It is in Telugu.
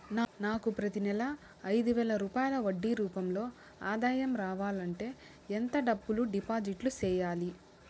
నాకు ప్రతి నెల ఐదు వేల రూపాయలు వడ్డీ రూపం లో ఆదాయం రావాలంటే ఎంత డబ్బులు డిపాజిట్లు సెయ్యాలి?